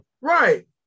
Right